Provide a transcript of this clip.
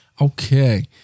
Okay